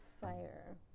fire